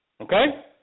Okay